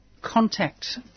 contact